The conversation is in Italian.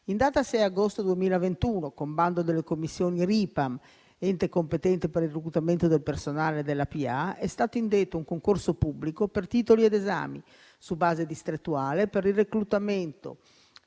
In data 6 agosto 2021, con bando delle commissioni Ripam (ente competente per il reclutamento del personale della pubblica amministrazione), è stato indetto un concorso pubblico per titoli ed esami, su base distrettuale, per il reclutamento